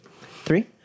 three